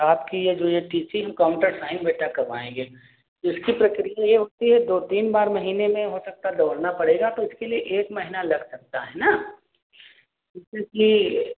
आपकी यह जो यह टी सी हम काउन्टर साइन बेटा करवाएँगे इसकी प्रक्रिया यह होती है दो तीन बार महीने में हो सकता है दौड़ना पड़ेगा तो इसके लिए एक महीना लग सकता है ना जिससे कि